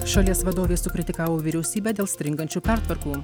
šalies vadovė sukritikavo vyriausybę dėl stringančių pertvarkų